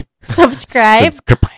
Subscribe